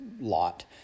lot